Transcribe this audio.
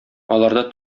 аларда